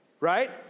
Right